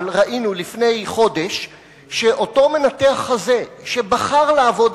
אבל ראינו לפני חודש שאותו מנתח חזה שבחר לעבוד